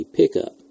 pickup